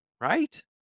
Right